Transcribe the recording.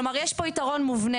כלומר, יש פה יתרון מובנה.